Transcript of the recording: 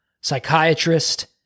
psychiatrist